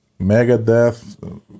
Megadeth